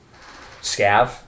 scav